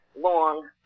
long